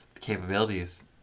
capabilities